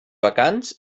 vacants